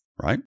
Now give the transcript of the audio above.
right